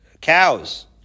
cows